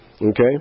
Okay